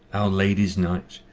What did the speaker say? our lady's knight,